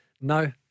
No